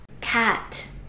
cat